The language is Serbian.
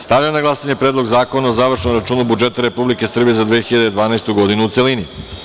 Stavljam na glasanje Predlog zakona o završnom računu budžeta Republike Srbije za 2012. godinu, u celini.